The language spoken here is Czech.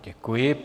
Děkuji.